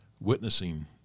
witnessing